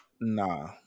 Nah